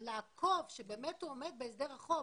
לעקוב שבאמת הוא עומד בהסדר החוב,